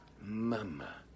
mama